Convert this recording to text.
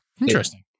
interesting